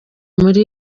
muri